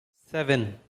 seven